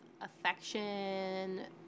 affection